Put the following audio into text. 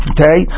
Okay